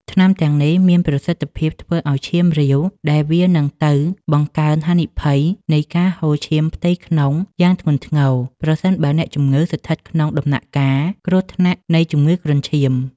ថ្នាំទាំងនេះមានប្រសិទ្ធភាពធ្វើឱ្យឈាមរាវ ដែលវានឹងទៅបង្កើនហានិភ័យនៃការហូរឈាមផ្ទៃក្នុងយ៉ាងធ្ងន់ធ្ងរ ប្រសិនបើអ្នកជំងឺស្ថិតក្នុងដំណាក់កាលគ្រោះថ្នាក់នៃជំងឺគ្រុនឈាម។